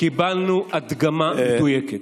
קיבלנו הדגמה מדויקת.